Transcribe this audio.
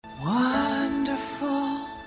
Wonderful